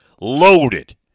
Loaded